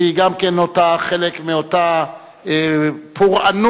שהיא גם כן חלק מאותה פורענות,